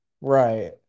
Right